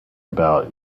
about